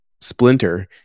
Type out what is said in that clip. Splinter